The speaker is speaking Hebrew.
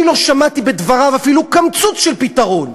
אני לא שמעתי בדבריו אפילו קמצוץ של פתרון.